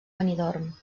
benidorm